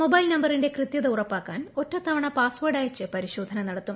mobile നമ്പറിന്റെ കൃത്യത ഉറപ്പാക്കാൻ ഒറ്റത്തവണ പാസ്വേഡ് അയച്ച് പരിശോധന നടത്തും